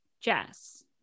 Jess